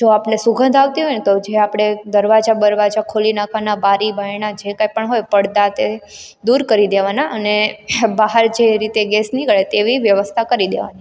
જો આપને સુગંધ આવતી હોયને તો જે આપણે દરવાજા બરવાજા ખોલી નાખવાના બારી બારણા જે કાંઈપણ હોય પડદા તે દૂર કરી દેવાના અને બહાર જે રીતે ગેસ નીકળે તેવી વ્યવસ્થા કરી દેવાની